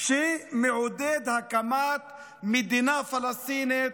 שמעודד הקמת מדינה פלסטינית,